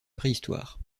préhistoire